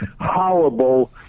horrible